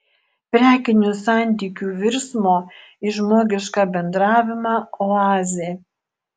prekinių santykių virsmo į žmogišką bendravimą oazė